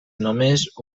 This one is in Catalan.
només